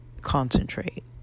concentrate